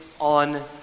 on